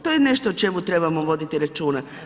To je nešto o čemu trebamo voditi računa.